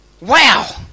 Wow